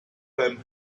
them